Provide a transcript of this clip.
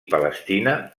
palestina